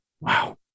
Wow